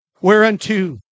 Whereunto